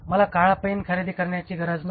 मला काळा पेन खरेदी करण्याची गरज नाही